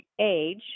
age